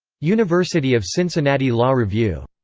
university of cincinnati law review.